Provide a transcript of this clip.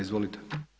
Izvolite.